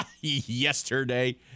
yesterday